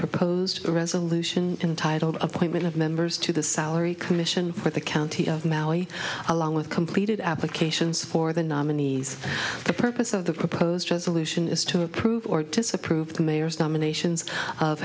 proposed resolution entitled appointment of members to the mallee planning commission for the county of mally along with completed applications for the nominees the purpose of the proposed resolution is to approve or disapprove the mayor's nominations of